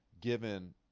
given